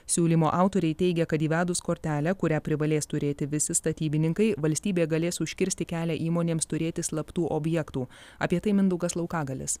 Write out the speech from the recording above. siūlymo autoriai teigia kad įvedus kortelę kurią privalės turėti visi statybininkai valstybė galės užkirsti kelią įmonėms turėti slaptų objektų apie tai mindaugas laukagalius